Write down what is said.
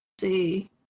see